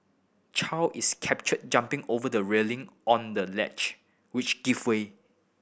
Chow is captured jumping over the railing on the ledge which give way